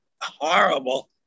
horrible